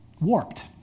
warped